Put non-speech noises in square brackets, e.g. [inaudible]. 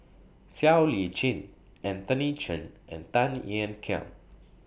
Siow Lee Chin Anthony Chen and Tan [noise] Ean Kiam